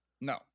No